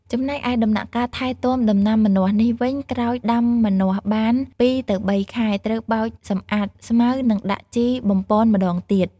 ចំណែកឯដំណាក់កាលថែទាំដំណាំម្នាស់នេះវិញក្រោយដាំម្ចាស់បាន ២ ទៅ ៣ខែ ត្រូវបោច សម្អាតស្មៅ និងដាក់ជីបំប៉នម្តងទៀត។